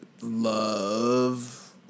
love